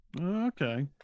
okay